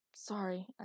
Sorry